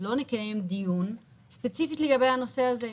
לא נקיים דיון ספציפית לגבי הנושא הזה?